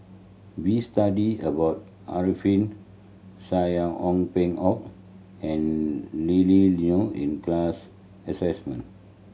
we studied about Alfian Sa'at Ong Peng Hock and Lily Neo in class